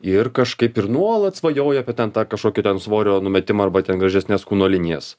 ir kažkaip ir nuolat svajoji apie ten tą kažkokį ten svorio numetimą arba ten gražesnes kūno linijas